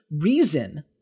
reason